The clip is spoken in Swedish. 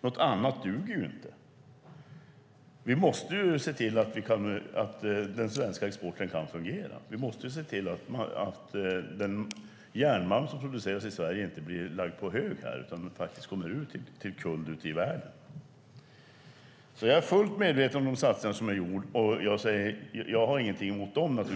Något annat duger inte. Vi måste se till att den svenska exporten kan fungera. Vi måste se till att den järnmalm som produceras i Sverige inte blir lagd på hög här utan kommer ut till kunder ute i världen. Jag är fullt medveten om de satsningar som är gjorda. Jag har naturligtvis ingenting emot dem,